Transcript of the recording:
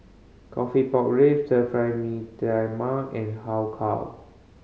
coffee pork ribs Stir Fry Mee Tai Mak and Har Kow